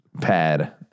pad